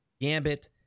Gambit